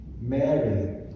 Mary